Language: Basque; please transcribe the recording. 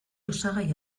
osagai